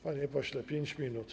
Panie pośle, 5 minut.